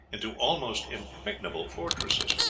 into almost impregnable fortresses.